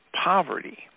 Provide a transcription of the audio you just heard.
poverty